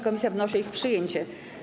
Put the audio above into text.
Komisja wnosi o ich przyjęcie.